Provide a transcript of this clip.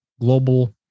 global